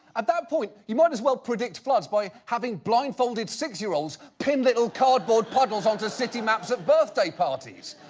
at that point, you might as well predict floods by having blindfolded six-year-olds pin little cardboard puddles onto city maps at birthday parties.